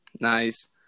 Nice